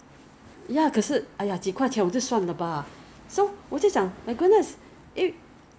then after that you consolidate everything already they repack into one box then send it to your house